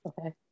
Okay